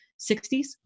60s